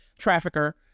trafficker